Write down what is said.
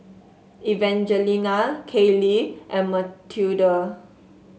Evangelina Kailey and Matilde